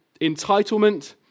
entitlement